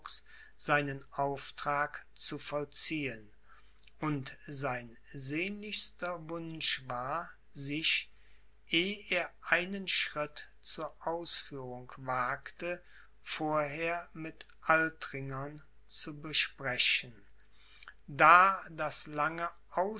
seinen auftrag zu vollziehen und sein sehnlichster wunsch war sich eh er einen schritt zur ausführung wagte vorher mit altringern zu besprechen da das lange